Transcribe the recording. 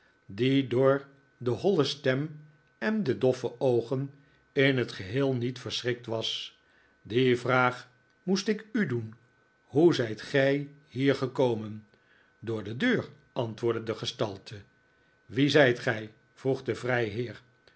die door de holle stem en de doffe oogen in het geheel niet verschrikt was die vraag moest ik u doen hoe zijt gij hier gekomen door de deur antwoordde de gestalte wie zijt gij vroeg de vrijheer